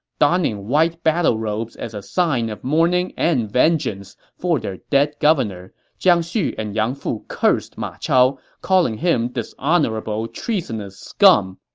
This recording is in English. donning white battle robes as a sign of mourning and vengeance for their dead governor, jiang xu and yang fu cursed ma chao, calling him dishonorable, treasonous scum.